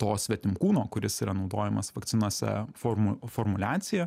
to svetimkūno kuris yra naudojamas vakcinose formu formuliacija